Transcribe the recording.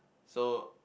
so